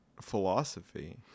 philosophy